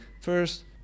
first